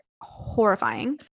horrifying